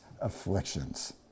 afflictions